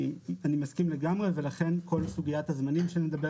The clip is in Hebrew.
אני מסכים לגמרי ולכן כל סוגיית הזמנים שנדבר